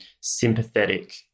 sympathetic